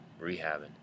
rehabbing